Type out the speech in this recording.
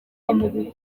kabaye